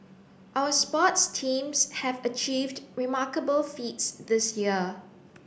our sports teams have achieved remarkable feats this year